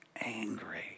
angry